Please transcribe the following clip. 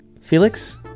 Felix